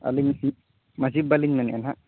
ᱟᱹᱞᱤᱧ ᱢᱟᱺᱡᱷᱤ ᱵᱟᱵᱟ ᱞᱤᱧ ᱢᱮᱱᱮᱫᱼᱟ ᱦᱟᱸᱜ